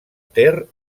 ter